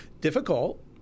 difficult